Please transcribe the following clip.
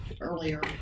earlier